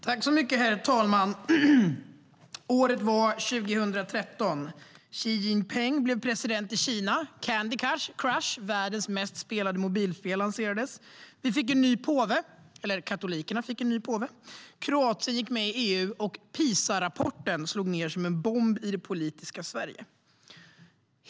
Herr talman! Året var 2013. Xi Jinping blev president i Kina. Candy Crush, världens mest spelade mobilspel, lanserades. Katolikerna fick en ny påve. Kroatien gick med i EU. Och PISA-rapporten slog ned som en bomb i det politiska Sverige.